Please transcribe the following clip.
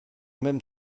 même